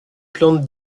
plante